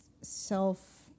self